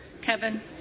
Kevin